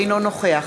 אינו נוכח